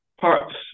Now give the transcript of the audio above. parts